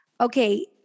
Okay